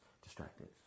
distracted